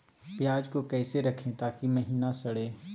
प्याज को कैसे रखे ताकि महिना सड़े?